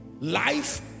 life